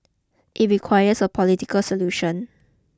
it requires a political solution